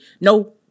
No